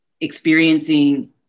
experiencing